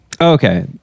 okay